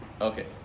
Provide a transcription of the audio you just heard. Okay